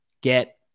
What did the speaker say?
Get